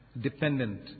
dependent